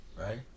right